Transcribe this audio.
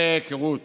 קשרי היכרות